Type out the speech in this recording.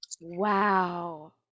Wow